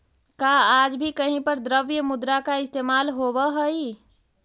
का आज भी कहीं पर द्रव्य मुद्रा का इस्तेमाल होवअ हई?